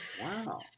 Wow